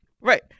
Right